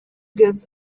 gives